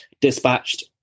dispatched